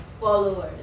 followers